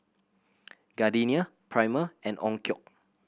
Gardenia Prima and Onkyo